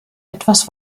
etwas